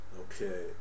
okay